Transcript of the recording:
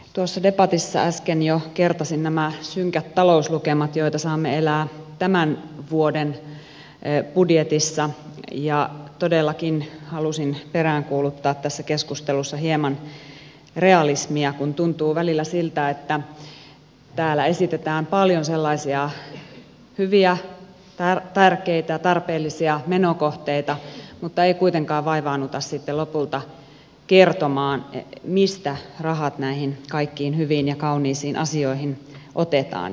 tuossa debatissa äsken jo kertasin nämä synkät talouslukemat joita saamme elää tämän vuoden budjetissa ja todellakin halusin peräänkuuluttaa tässä keskustelussa hieman realismia kun tuntuu välillä siltä että täällä esitetään paljon sellaisia hyviä tärkeitä ja tarpeellisia menokohteita mutta ei kuitenkaan vaivauduta sitten lopulta kertomaan mistä rahat näihin kaikkiin hyviin ja kauniisiin asioihin otetaan